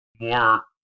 more